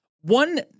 One